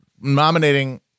nominating